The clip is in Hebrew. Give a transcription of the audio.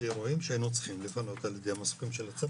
אירועים שהיינו צריכים לפנות על ידי המסוקים של הצבא.